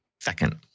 second